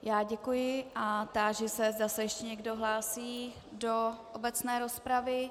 Já děkuji a táži se, zda se ještě někdo hlásí do obecné rozpravy.